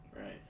Right